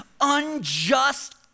unjust